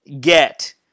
get